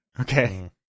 Okay